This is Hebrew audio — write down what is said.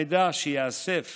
המידע שייאסף